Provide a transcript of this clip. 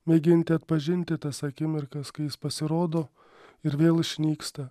mėginti atpažinti tas akimirkas kai jis pasirodo ir vėl išnyksta